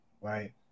right